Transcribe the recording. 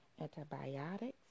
antibiotics